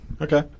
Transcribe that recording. Okay